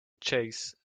chase